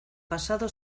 pasado